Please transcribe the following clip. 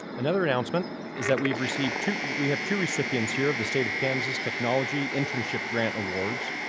another announcement is that we've received two we have two recipients here of the state of kansas technology internship grant awards.